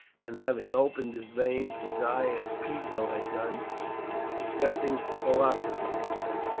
and, having opened his veins, would die as piso had done discussing philosophy with them.